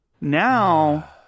Now